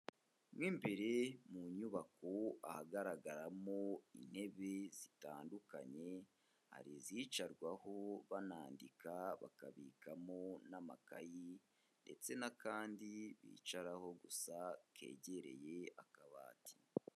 Mo imbere mu nyubako ahagaragaramo intebe zitandukanye, hari izicarwaho banandika bakabikamo n'amakayi ndetse n'akandi bicaraho gusa kegereye akabati.